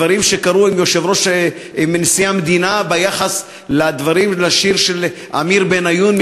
הדברים שקרו עם נשיא המדינה ביחס לשיר של עמיר בניון,